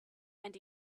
and